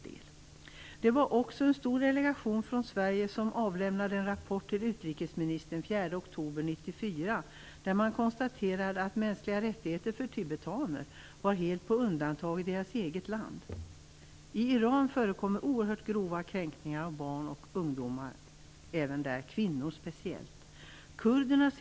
Det var också en stor delegation från Sverige som avlämnade en rapport till utrikesministern den 4 oktober 1994, där man konstaterade att tibetanernas mänskliga rättigheter var satta helt på undantag i deras eget land. I Iran förekommer oerhört grova kränkningar av barn och ungdomar samt speciellt av kvinnor.